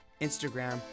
Instagram